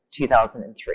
2003